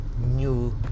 new